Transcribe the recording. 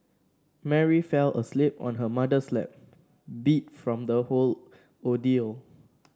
Mary fell asleep on her mother's lap beat from the whole ordeal